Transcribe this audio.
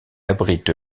abrite